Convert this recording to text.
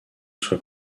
soit